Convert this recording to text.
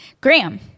Graham